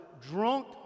drunk